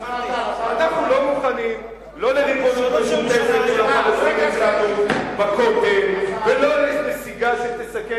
אנחנו לא מוכנים לא לריבונות משותפת של הפלסטינים בכותל ולא לנסיגה שתסכן